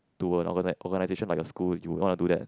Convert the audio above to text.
to an orga~ organisation by the school you want to do that